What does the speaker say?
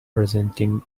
presenting